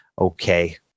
okay